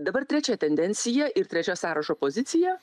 dabar trečia tendencija ir trečia sąrašo pozicija